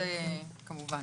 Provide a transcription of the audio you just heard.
כמובן.